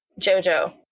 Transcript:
JoJo